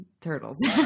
turtles